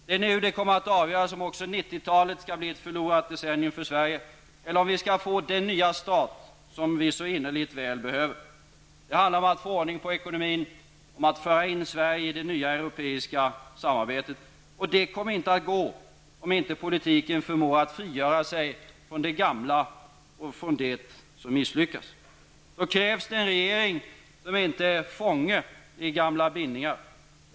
Det är nu det kommer att avgöras om också 90-talet skall bli ett förlorat decennium för Sverige, eller om vi skall få den nya start som vi så innerligt väl behöver. Det handlar om att få ordning på ekonomin och om att föra in Sverige i det nya europeiska samarbetet. Och det kommer inte att gå om inte politiken förmår att frigöra sig från det gamla och från det som har misslyckats. Då krävs det en regering som inte är fånge i gamla bindningar.